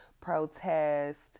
protest